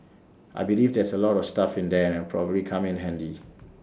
I believe there's A lot of stuff in there and it'll probably come in handy